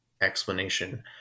explanation